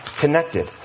connected